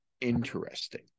interesting